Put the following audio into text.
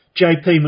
JP